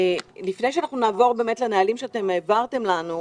לפני שנעבור לנהלים שאתם העברתם לנו,